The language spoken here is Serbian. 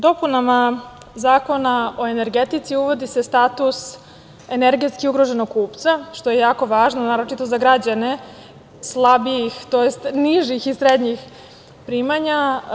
Dopunama Zakona o energetici uvodi se status energetski ugroženog kupca, što je jako važno, naročito za građane nižih i srednjih primanja.